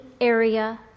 area